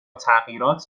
تغییرات